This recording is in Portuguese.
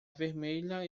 vermelha